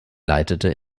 leitete